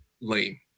lame